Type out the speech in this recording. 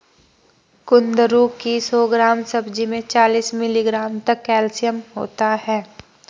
कुंदरू की सौ ग्राम सब्जी में चालीस मिलीग्राम तक कैल्शियम होता है